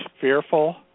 fearful